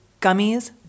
Gummies